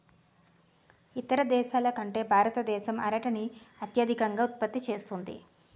ఇతర దేశాల కంటే భారతదేశం అరటిని అత్యధికంగా ఉత్పత్తి చేస్తుంది